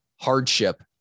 hardship